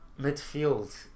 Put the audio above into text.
Midfield